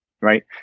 right